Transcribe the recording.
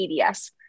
EDS